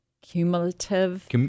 cumulative